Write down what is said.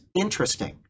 interesting